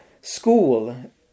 school